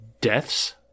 deaths